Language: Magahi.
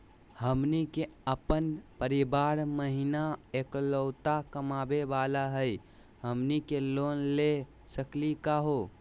हमनी के अपन परीवार महिना एकलौता कमावे वाला हई, हमनी के लोन ले सकली का हो?